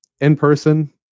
in-person